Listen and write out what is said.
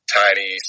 tiny